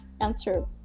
answer